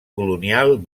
colonial